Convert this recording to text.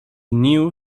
knew